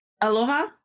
Aloha